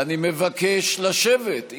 אני מבקש לשבת,